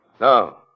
Now